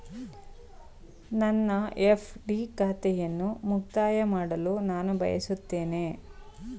ನನ್ನ ಎಫ್.ಡಿ ಖಾತೆಯನ್ನು ಮುಕ್ತಾಯ ಮಾಡಲು ನಾನು ಬಯಸುತ್ತೇನೆ